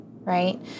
right